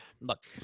look